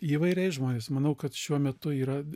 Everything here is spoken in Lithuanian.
įvairiai žmonės manau kad šiuo metu yra